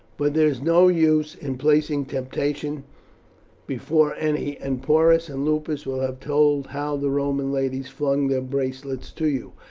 but there is no use in placing temptation before any, and porus and lupus will have told how the roman ladies flung their bracelets to you.